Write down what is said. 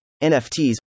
NFTs